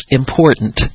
important